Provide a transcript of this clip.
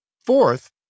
Fourth